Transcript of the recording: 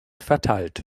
verteilt